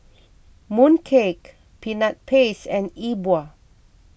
Mooncake Peanut Paste and E Bua